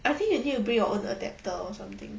I think you need to bring your own adapter or something